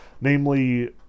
Namely